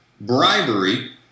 bribery